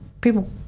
people